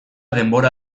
denbora